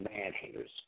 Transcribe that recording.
man-haters